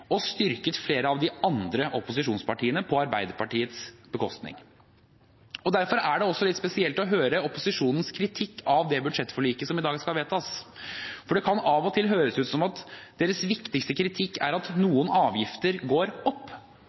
er styrket på Arbeiderpartiets bekostning. Derfor er det også litt spesielt å høre opposisjonens kritikk av det budsjettforliket som i dag skal vedtas. For det kan av og til høres ut som om deres viktigste kritikk er at noen avgifter går opp.